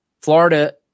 Florida